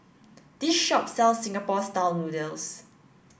this shop sells Singapore style noodles